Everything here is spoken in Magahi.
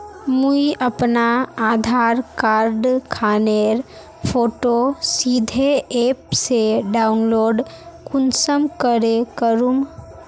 मुई अपना आधार कार्ड खानेर फोटो सीधे ऐप से डाउनलोड कुंसम करे करूम?